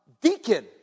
deacon